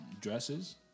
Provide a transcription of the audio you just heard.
dresses